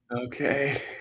Okay